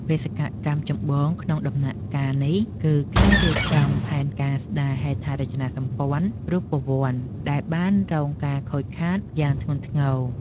បេសកកម្មចម្បងក្នុងដំណាក់កាលនេះ គឺការរៀបចំផែនការស្តារហេដ្ឋារចនាសម្ព័ន្ធរូបវន្តដែលបានរងការខូចខាតយ៉ាងធ្ងន់ធ្ងរ។